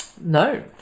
No